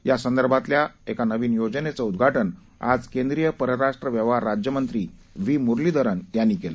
यासंदर्भातल्या नवीन योजनेचं उद्घाटन आज केंद्रीय परराष्ट्र व्यवहार राज्यमंत्री व्ही मुरलीधरन यांनी केलं